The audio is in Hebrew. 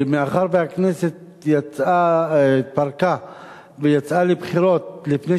ומאחר שהכנסת התפרקה ויצאה לפגרת בחירות לפני